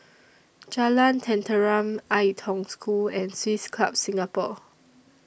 Jalan Tenteram Ai Tong School and Swiss Club Singapore